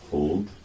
Hold